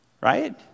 Right